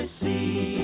see